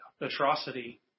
atrocity